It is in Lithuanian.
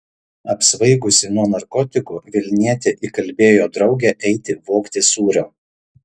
apsvaigusi nuo narkotikų vilnietė įkalbėjo draugę eiti vogti sūrio